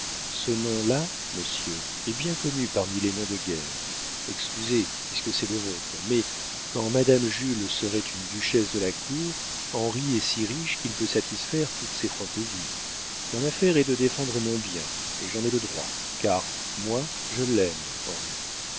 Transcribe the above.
ce nom-là monsieur est bien connu parmi les noms de guerre excusez puisque c'est le vôtre mais quand madame jules serait une duchesse de la cour henri est si riche qu'il peut satisfaire toutes ses fantaisies mon affaire est de défendre mon bien et j'en ai le droit car moi je l'aime